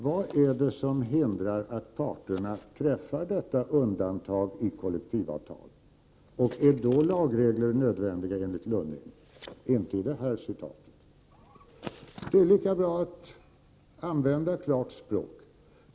Vad är det som hindrar att parterna i kollektivavtal träffar överenskommelse, och är lagregler då nödvändiga enligt Lunning? Inte enligt det här citatet. Det är lika bra att använda ett klart språk.